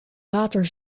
water